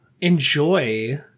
enjoy